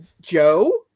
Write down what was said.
Joe